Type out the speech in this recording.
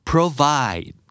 Provide